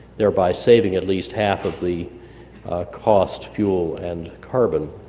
thereby, saving at least half of the cost, fuel and carbon.